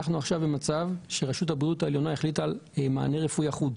אנחנו עכשיו במצב שרשות הבריאות העליונה החליטה על מענה רפואי אחוד.